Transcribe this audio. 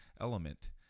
element